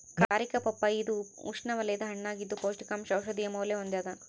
ಕಾರಿಕಾ ಪಪ್ಪಾಯಿ ಇದು ಉಷ್ಣವಲಯದ ಹಣ್ಣಾಗಿದ್ದು ಪೌಷ್ಟಿಕಾಂಶ ಔಷಧೀಯ ಮೌಲ್ಯ ಹೊಂದ್ಯಾದ